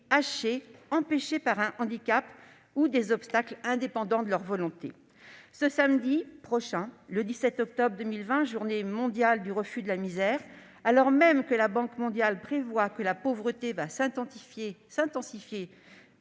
hachés, empêchés par un handicap ou des obstacles indépendants de leur volonté ? Samedi 17 octobre 2020, journée mondiale du refus de la misère, alors même que la Banque mondiale prévoit que la pauvreté s'intensifiera